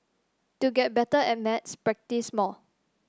to get better at maths practise more